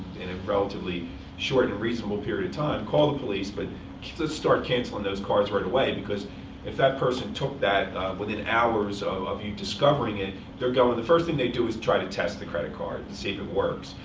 in a relatively short and reasonable period of time, call the police. but just start canceling those cards right away, because if that person took that within hours of of you discovering it, they're going the first thing they do is try to test the credit card and see if it works.